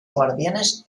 guardianes